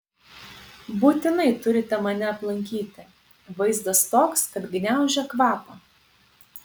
būtinai turite mane aplankyti vaizdas toks kad gniaužia kvapą